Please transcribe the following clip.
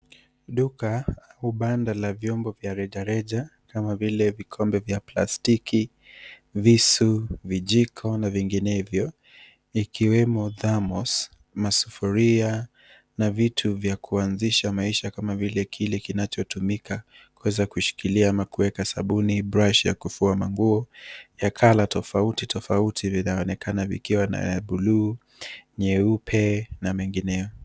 Duka au banda la vyombo vya rejareja kama vile vikombe vya plastiki, visu, vijiko na vinginevyo ikiwemo (cs)thermos(cs), masufuria na vitu vya maisha kama vile kile kinachotumika kueza kushikilia ama kuweka sabuni. Brashi ya kufua manguo ya (cs)colour (cs)tofauti tofauti vinaonekana vikiwa na bluu, nyeupe na mengineyo.